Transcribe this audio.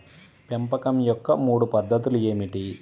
పెంపకం యొక్క మూడు పద్ధతులు ఏమిటీ?